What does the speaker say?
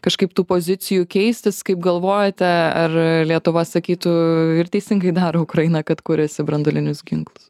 kažkaip tų pozicijų keistis kaip galvojate ar lietuva sakytų ir teisingai daro ukraina kad kuriasi branduolinius ginklus